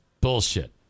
bullshit